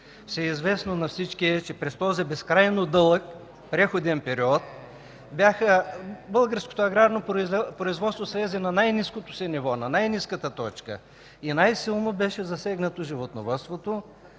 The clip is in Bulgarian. е известно, че през този безкрайно дълъг преходен период българското аграрно производство слезе на най-ниското си ниво, на най-ниската точка. Най-силно беше засегнато животновъдството.